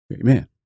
Amen